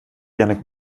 jannick